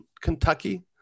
Kentucky